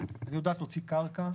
תקשיבו, אני יודעת להוציא קרקע.